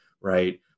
right